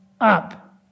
up